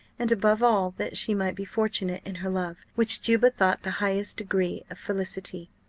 and, above all, that she might be fortunate in her love which juba thought the highest degree of felicity.